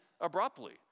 abruptly